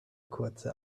kurze